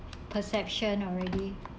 perception already